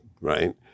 right